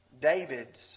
David's